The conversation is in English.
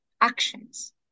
actions